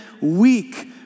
weak